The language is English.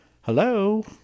Hello